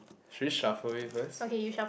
should we shuffle it first